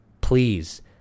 Please